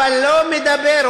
אבל הוא לא מדבר,